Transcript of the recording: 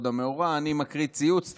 אני מקריא ציוץ,